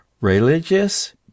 religious